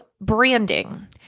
branding